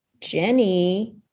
Jenny